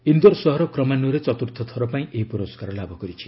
ଇନ୍ଦୋର ସହର କ୍ରମାନ୍ୱୟରେ ଚତୁର୍ଥ ଥର ପାଇଁ ଏହି ପୁରସ୍କାର ଲାଭ କରିଛି